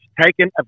taken